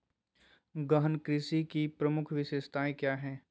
गहन कृषि की प्रमुख विशेषताएं क्या है?